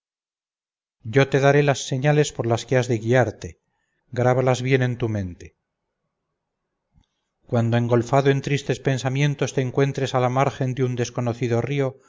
yo te daré las señales por las que has de guiarte grábalas bien en tu mente cuando engolfado en tristes pensamientos te encuentres a la margen de un desconocido río